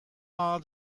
are